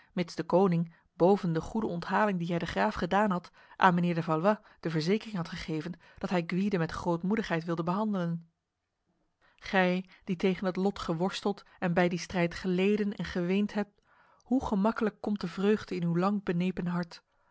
mits de koning boven de goede onthaling die hij de graaf gedaan had aan mijnheer de valois de verzekering had gegeven dat hij gwyde met grootmoedigheid wilde behandelen gij die tegen het lot geworsteld en bij die strijd geleden en geweend hebt hoe gemakkelijk komt de vreugde in uw langbenepen hart